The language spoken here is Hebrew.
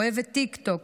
אוהבת טיקטוק,